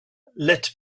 let